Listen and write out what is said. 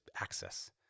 access